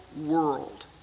world